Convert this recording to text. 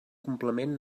complement